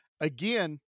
again